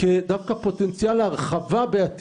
כפוטנציאל של התרחבות.